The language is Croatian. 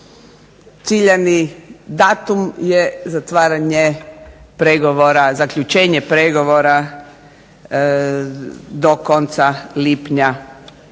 ciljani datum je zatvaranje pregovora, zaključenje pregovora do konca lipnja